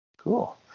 Cool